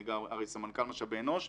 אני הרי סמנכ"ל משאבי אנוש,